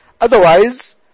Otherwise